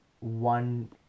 one